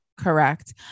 correct